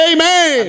Amen